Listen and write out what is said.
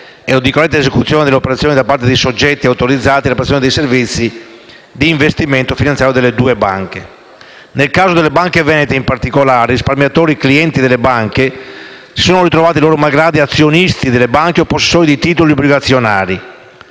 o di corretta esecuzione dell'operazione da parte di soggetti autorizzati alla prestazione dei servizi di investimento finanziario nelle due banche. Nel caso delle banche venete in particolare, i risparmiatori clienti delle banche si sono ritrovati, loro malgrado, azionisti delle banche o possessori di titoli obbligazionari.